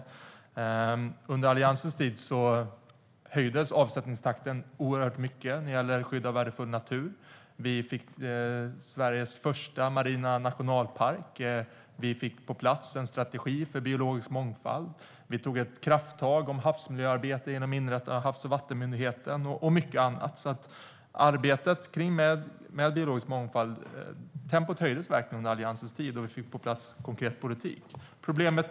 Under Alliansens tid höjdes avsättningstakten oerhört när det gäller skydd av värdefull natur. Vi fick Sveriges första marina nationalpark. Vi fick på plats en strategi för biologisk mångfald. Vi tog krafttag inom havsmiljöarbetet genom inrättande av Havs och vattenmyndigheten. Och det var mycket annat. Tempot i arbetet med biologisk mångfald höjdes verkligen under Alliansens tid, och vi fick på plats konkret politik.